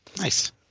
Nice